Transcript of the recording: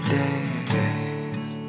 days